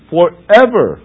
Forever